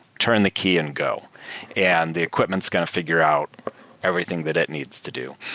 turn the key and go and the equipment is going to figure out everything that it needs to do.